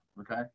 Okay